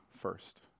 first